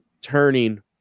turning